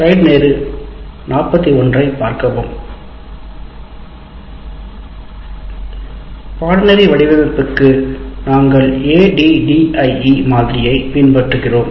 பாடநெறி வடிவமைப்பிற்கு நாங்கள் ADDIE மாதிரியைப் பின்பற்றுகிறோம்